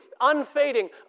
unfading